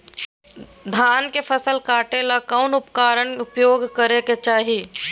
धान के फसल काटे ला कौन उपकरण उपयोग करे के चाही?